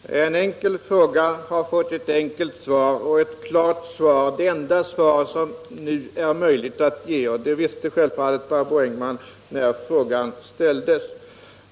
Herr talman! En enkel fråga har fått ett enkelt svar — ett klart svar och det enda svar som det nu är möjligt att ge. Det visste självfallet Barbro Engman när frågan ställdes.